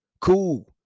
Cool